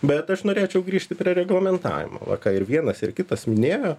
bet aš norėčiau grįžti prie reglamentavimo va ką ir vienas ir kitas minėjo